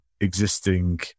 existing